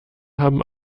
haben